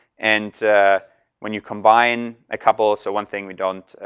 and when you combine a couple. so one thing we don't,